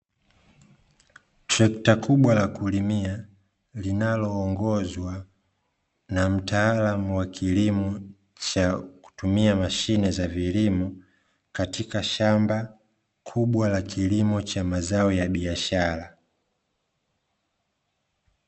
Trekta kubwa la kulimia, linaloongozwa na mtaalamu wa kilimo cha kutumia mashine za vilimo, katika shamba kubwa la kilimo cha mazao ya biashara.